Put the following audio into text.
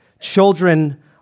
Children